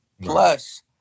Plus